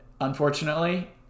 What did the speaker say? unfortunately